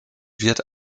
wird